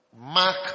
Mark